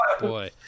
boy